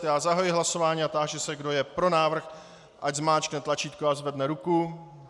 Já zahajuji hlasování a táži se, kdo je pro návrh, ať zmáčkne tlačítko a zvedne ruku.